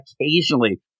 occasionally